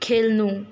खेल्नु